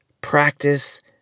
practice